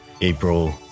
April